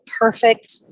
perfect